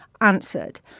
answered